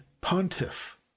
pontiff